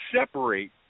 Separate